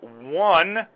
one